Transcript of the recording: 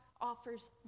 offers